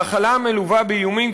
האכלה המלווה באיומים,